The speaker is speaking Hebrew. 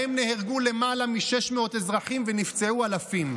שבהם נהרגו למעלה מ-600 אזרחים ונפצעו אלפים.